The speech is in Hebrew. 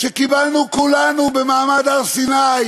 שקיבלנו כולנו במעמד הר-סיני,